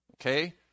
Okay